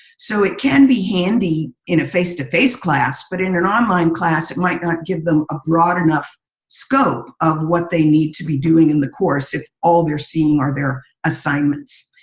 so, it can be handy in a face-to-face class, but in an online class, it might not give them a broad enough scope of what they need to be doing in the course if all they're seeing are their assignments.